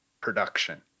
production